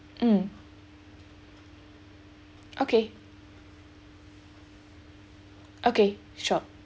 mm okay okay sure